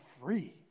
free